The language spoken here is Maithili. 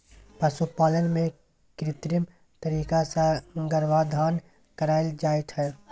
पशुपालन मे कृत्रिम तरीका सँ गर्भाधान कराएल जाइ छै